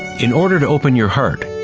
in order to open your heart,